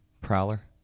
Prowler